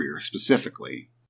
specifically